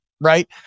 right